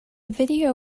video